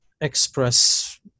express